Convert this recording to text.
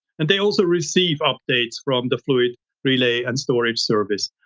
and they also receive updates from the fluid relay and storage service.